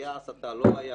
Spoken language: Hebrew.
היתה הסתה או לא היתה.